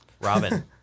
Robin